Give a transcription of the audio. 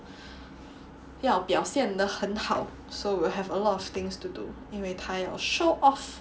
要表现的很好 so we'll have a lot of things to do 因为她要 show off